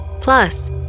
Plus